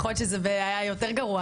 יכול להיות שזה היה יותר גרוע,